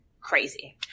crazy